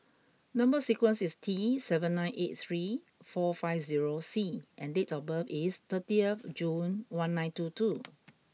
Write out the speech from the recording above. number sequence is T seven nine eight three four five zero C and date of birth is thirtieth June one nine two two